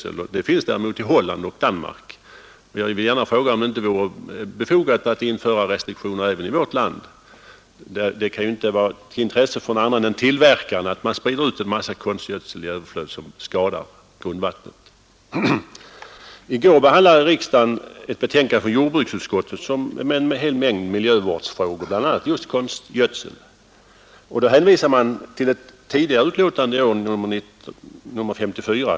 Sädana restriktioner finns däremot i Holland och i Danmark. Jag vill fråga om det inte vore befogat att införa sådana restriktioner även i värt land. Det kan ju inte vara ett intresse för någon annan än tillverkaren att man sprider ut konstgödsel i överflöd så att grundvattnet skadas. I går behandlade riksdagen ett betänkande från jordbruksutskottet, där en hel mängd miljövärdsfrågor, bl.a. just konstgödsel, behandlades. Man hänvisade därvid till ett tidigare betänkande, nr 54.